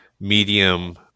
medium